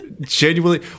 genuinely